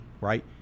right